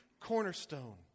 cornerstone